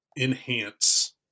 enhance